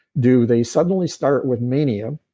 do they suddenly start with mania?